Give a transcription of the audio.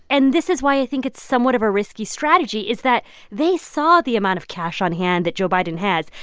and this is why i think it's somewhat of a risky strategy is that they saw the amount of cash on hand that joe biden has.